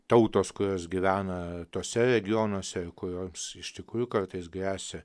tautos kurios gyvena tuose regionuose kurioms iš tikrųjų kartais gresia